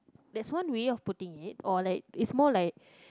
there's one way of putting it or like it's more like